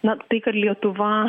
na tai kad lietuva